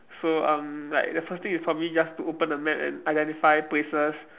so um like the first thing is probably just to open a map and identify places